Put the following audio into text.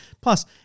Plus